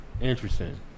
Interesting